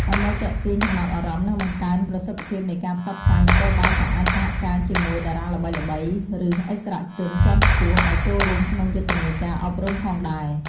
ដើម្បីទាក់ទាញចំណាប់អារម្មណ៍ និងបង្កើនប្រសិទ្ធភាពនៃការផ្សព្វផ្សាយ នគរបាលក៏អាចសហការជាមួយ តារាល្បីៗ ឬឥស្សរជនជាន់ខ្ពស់ ឱ្យចូលរួមក្នុងយុទ្ធនាការអប់រំផងដែរ។